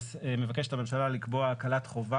מבקשת הממשלה לקבוע סוג של הקלת חובה